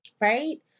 right